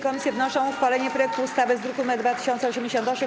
Komisje wnoszą o uchwalenie projektu ustawy z druku nr 2088.